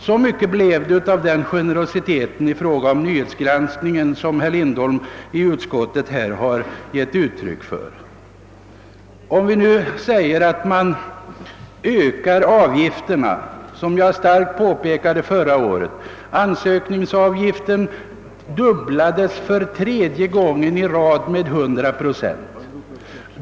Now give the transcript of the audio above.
Så mycket blev det av den generositet i fråga om nyhetsgranskningen som herr Lindholm å utskottsmajoritetens vägnar här givit uttryck för! Förra året påpekade jag att ansökningsavgiften dubblades för tredje gången å rad den höjdes alltså med 100 procent.